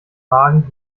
magen